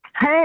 Hey